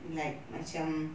like macam